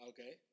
Okay